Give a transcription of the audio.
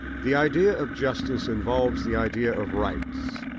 the idea of justice involves the idea of rights.